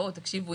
תקשיבו,